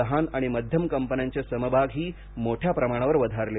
लहान आणि मध्यम कंपन्यांचे समभागही मोठ्या प्रमाणावर वधारले